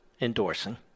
endorsing